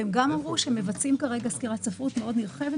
והם גם אמרו שהם מבצעים כרגע סקירת ספרות נרחבת